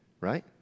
Right